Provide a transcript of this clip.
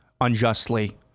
unjustly